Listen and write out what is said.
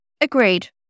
agreed